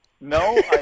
No